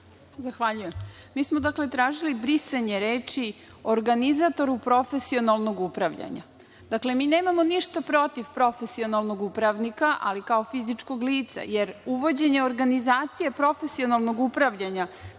Zahvaljujem. Mi smo dakle, tražili brisanje reči „organizatoru profesionalnog upravljanja“. Dakle, mi nemamo ništa protiv profesionalnog upravnika ali kao fizičkog lica jer uvođenje organizacije profesionalnog upravljanja